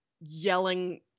yelling